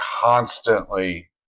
constantly